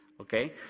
Okay